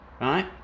Right